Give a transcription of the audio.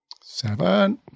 Seven